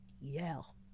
yell